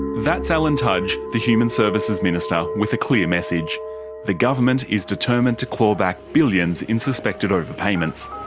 that's alan tudge, the human services minister, with a clear message the government is determined to claw back billions in suspected overpayments.